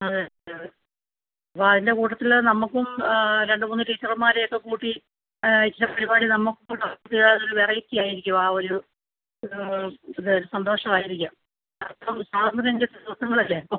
അതെ അതെ അപ്പം അതിൻ്റെ കൂട്ടത്തിൽ നമുക്കും രണ്ട് മൂന്ന് ടീച്ചർമാരെയൊക്കെ കൂട്ടി ഇച്ചിരി പരിപാടി നമുക്കുംകൂടെ ചെയ്താൽ ഒരു വെറൈറ്റി ആയിരിക്കും ആ ഒരു ഇത് ഇതൊരു സന്തോഷം ആയിരിക്കും അപ്പം സാറിന് ഒരു അഞ്ചെട്ട് ദിവസങ്ങളില്ലേ ഇപ്പോൾ